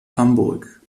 hamburg